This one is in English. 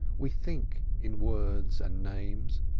we think in words and names,